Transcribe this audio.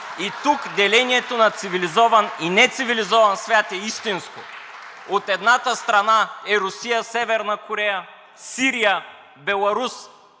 Тук делението на цивилизован и нецивилизован свят е истинско. От едната страна са Русия, Северна Корея, Сирия, Беларус